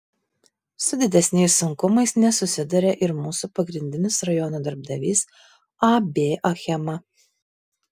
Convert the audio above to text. su didesniais sunkumais nesusiduria ir mūsų pagrindinis rajono darbdavys ab achema